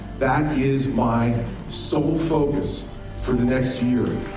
that is my sole focus for the next year.